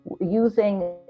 using